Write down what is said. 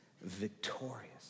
victorious